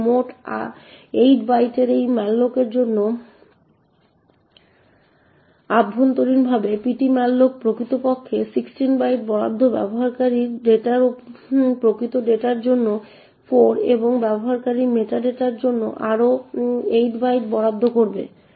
ই মোট 8 বাইটের একটি ম্যালোকের জন্য অভ্যন্তরীণভাবে ptmalloc প্রকৃতপক্ষে 16 বাইট বরাদ্দ ব্যবহারকারীর ডেটার প্রকৃত ডেটার জন্য 8 এবং ব্যবহারকারীর মেটা ডেটার জন্য আরও 8 বাইট বরাদ্দ করবে